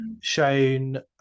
shown